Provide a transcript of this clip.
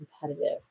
competitive